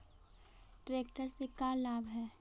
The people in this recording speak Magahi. ट्रेक्टर से का लाभ है?